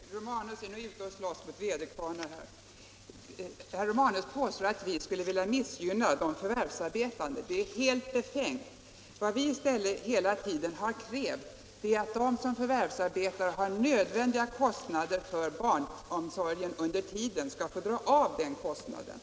Herr talman! Är inte detta att slåss mot väderkvarnar, herr Romanus? Herr Romanus påstår att vi skulle vilja missgynna de förvärvsarbetande. Det är helt befängt. Vad vi i stället hela tiden har krävt är att de som förvärvsarbetar och har nödvändiga kostnader för barnomsorg skall få dra av de kostnaderna.